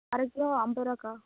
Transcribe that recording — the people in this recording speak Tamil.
அரை கிலோ ஐம்பது ரூபாக்கா